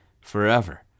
forever